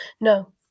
No